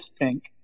pink